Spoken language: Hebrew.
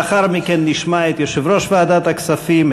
לאחר מכן נשמע את יושב-ראש ועדת הכספים,